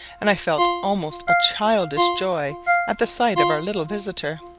and i felt almost a childish joy at the sight of our little visitor.